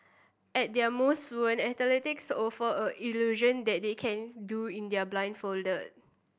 at their most fluent athletes offer a illusion that they can do in the a blindfolded